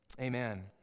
Amen